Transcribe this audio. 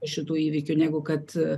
šitų įvykių negu kad